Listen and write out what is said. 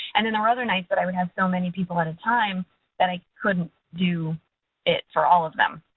and then there were other nights that i would have so many people at a time that i couldn't do it for all of them.